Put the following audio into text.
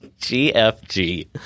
GFG